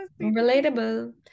relatable